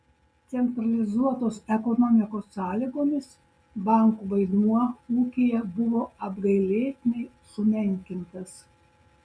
centralizuotos ekonomikos sąlygomis bankų vaidmuo ūkyje buvo apgailėtinai sumenkintas